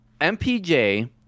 MPJ